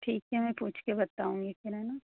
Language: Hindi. ठीक है मैं पूछकर बताऊँगी फ़िर है ना